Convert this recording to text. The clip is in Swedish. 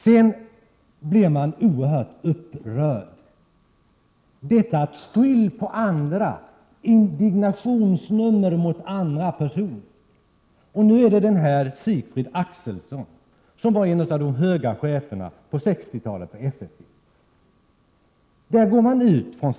Jag blir oerhört upprörd när jag lyssnar till dessa indignationsnummer och beskyllningar mot andra personer. Nu handlar det om Sigfrid Akselson. Sigfrid Akselson var en av de höga cheferna på FFV under 1960-talet.